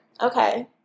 Okay